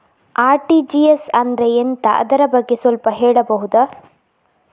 RTGS ಅಂದ್ರೆ ಎಂತ ಅದರ ಬಗ್ಗೆ ಸ್ವಲ್ಪ ಹೇಳಬಹುದ?